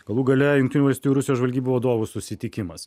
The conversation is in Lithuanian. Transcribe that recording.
galų gale jungtinių valstijų rusijos žvalgybų vadovų susitikimas